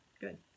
good